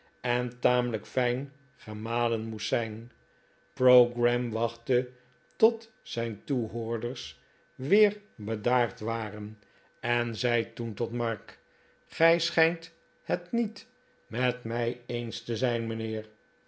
en tamelijk fijn gemalen moest zijn pogram wachtte tot zijn toehoorders weer bedaard waren en zei toen tot mark gij schijnt het niet met mij eens te zijn mijnheer